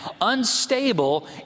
unstable